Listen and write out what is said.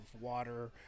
water